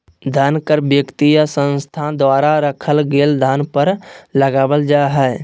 धन कर व्यक्ति या संस्था द्वारा रखल गेल धन पर लगावल जा हइ